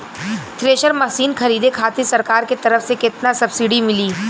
Thresher machine खरीदे खातिर सरकार के तरफ से केतना सब्सीडी मिली?